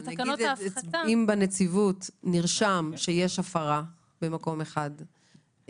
בנציבות נרשם שיש הפרה במקום אחד,